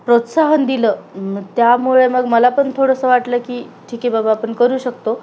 प्रोत्साहन दिलं त्यामुळे मग मला पण थोडंसं वाटलं की ठीक आहे बाबा आपण करू शकतो